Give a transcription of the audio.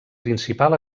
principal